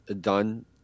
done